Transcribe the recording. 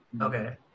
Okay